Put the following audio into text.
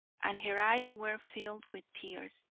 and her eyes were filled with tears.